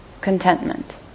contentment